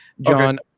John